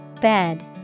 Bed